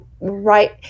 right